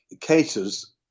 cases